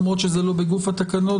למרות שזה לא בגוף התקנות,